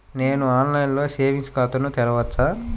నేను ఆన్లైన్లో సేవింగ్స్ ఖాతాను తెరవవచ్చా?